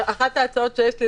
אחת ההצעות שיש לי,